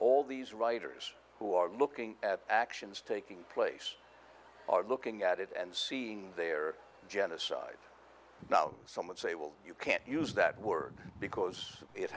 all these writers who are looking at actions taking place or looking at it and seeing their genocide now someone say well you can't use that word because it